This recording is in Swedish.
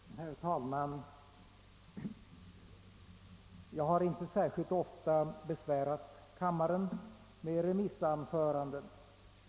Herr talman! Jag har inte särskilt ofta besvärat kammaren med remissdebattanföranden.